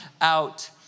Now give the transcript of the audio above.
out